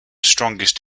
strongest